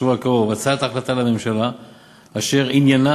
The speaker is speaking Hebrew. בשבוע הקרוב הצעת החלטה לממשלה אשר עניינה